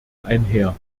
einher